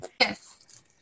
yes